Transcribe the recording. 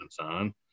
on